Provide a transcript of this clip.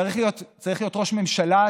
צריך להיות ראש ממשלה?